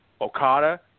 Okada